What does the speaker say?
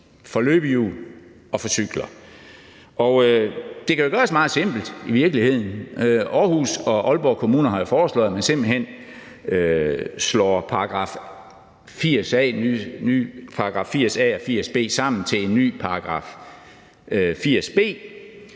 for løbehjul og for cykler. Det kan gøres meget simpelt i virkeligheden: Aarhus og Aalborg Kommuner har jo foreslået, at man simpelt hen slår §§ 80 a og 80 b sammen til en ny § 80